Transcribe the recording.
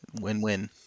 Win-win